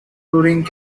touring